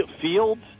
Fields